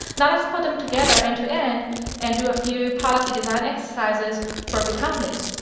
now let's put them together end to end and do a few policy design exercises for a few companies.